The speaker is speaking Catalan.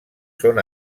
són